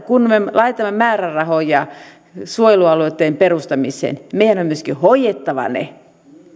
kun me me laitamme määrärahoja suojelualueitten perustamiseen meidän on myöskin hoidettava ne